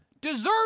deserve